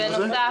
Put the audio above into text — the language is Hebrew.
בנוסף,